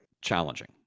challenging